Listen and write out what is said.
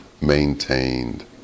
maintained